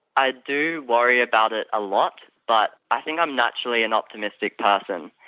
i do worry about it a lot but i think i'm naturally an optimistic person,